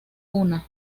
una